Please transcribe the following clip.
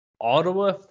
Ottawa